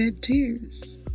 tears